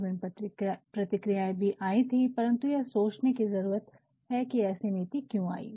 विपरीत प्रतिक्रियाएं भी आई थी परंतु यह सोचने की जरूरत है कि ऐसी नीति क्यों आई